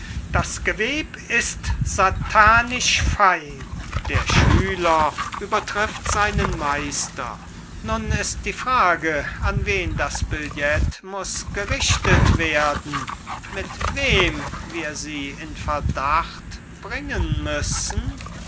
das geweb ist satanisch fein der schüler übertrifft seinen meister nun ist die frage an wen das billet muß gerichtet werden mit wem wir sie in verdacht bringen müssen